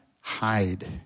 hide